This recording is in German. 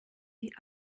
die